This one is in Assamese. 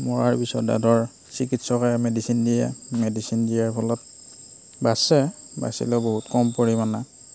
মৰাৰ পিছতহে ধৰ চিকিৎসকে মেডিচিন দিয়ে মেডিচিন দিয়াৰ ফলত বাচে বাচিলেও বহুত কম পৰিমাণে